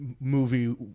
movie